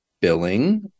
billing